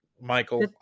Michael